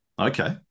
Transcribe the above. Okay